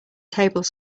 table